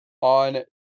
on